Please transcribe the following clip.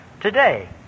today